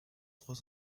trois